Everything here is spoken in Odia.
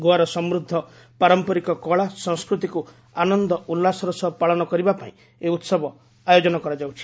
ଗୋଆର ସମୃଦ୍ଧ ପାରମ୍ପାରିକ କଳା ସଂସ୍କୃତିକ୍ ଆନନ୍ଦ ଉଲ୍ଲାସର ସହ ପାଳନ କରିବା ପାଇଁ ଏହି ଉହବ ଆୟୋଜନ କରାଯାଉଛି